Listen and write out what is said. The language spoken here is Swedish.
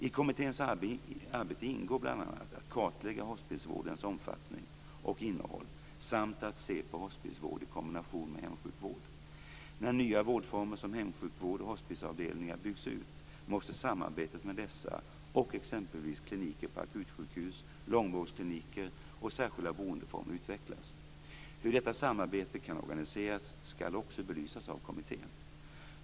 I kommitténs arbete ingår bl.a. att kartlägga hospisvårdens omfattning och innehåll samt att se på hospisvård i kombination med hemsjukvård. När nya vårdformer som hemsjukvård och hospisavdelningar byggs ut måste samarbetet mellan dessa och exempelvis kliniker på akutsjukhus, långvårdskliniker och särskilda boendeformer utvecklas. Hur detta samarbete kan organiseras skall också belysas av kommittén.